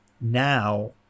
now